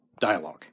dialogue